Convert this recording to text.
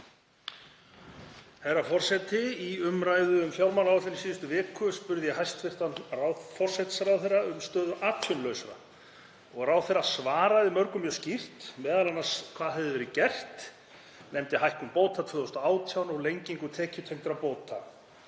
Herra forseti. Í umræðu um fjármálaáætlun í síðustu viku spurði ég hæstv. forsætisráðherra um stöðu atvinnulausra og ráðherra svaraði mörgu mjög skýrt, m.a. hvað hefði verið gert, nefndi hækkun bóta 2018 og lengingu tekjutengdra bóta.